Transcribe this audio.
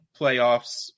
playoffs